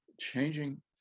changing